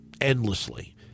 endlessly